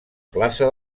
plaça